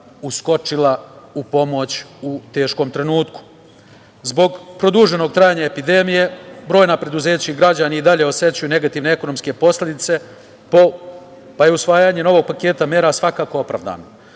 uskočila u pomoć u teškom trenutku. Zbog produženog trajanja epidemije, brojna preduzeća i građani i dalje osećaju negativne efekte posledice po, pa i usvajanje novog paketa mera svakako opravdano.